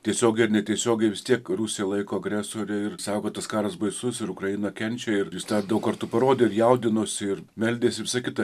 tiesiogiai ar netiesiogiai vis tiek rusiją laiko agresore ir sako kad tas karas baisus ir ukraina kenčia ir jis tą daug kartų parodė ir jaudinosi ir meldėsi visa kita